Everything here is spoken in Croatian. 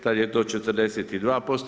Tad je to 42%